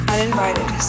Uninvited